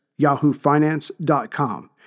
yahoofinance.com